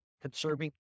Conserving